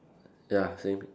ya same